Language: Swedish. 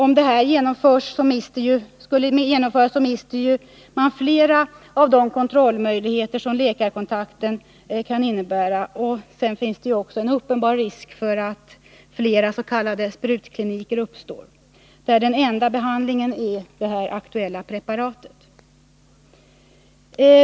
Om detta genomförs, mister man ju fler av de kontrollmöjligheter som läkarkontakten skulle innebära, och dessutom finns det en uppenbar risk för att flera s.k. sprutkliniker uppstår, där den enda behandlingen utgörs av det aktuella preparatet.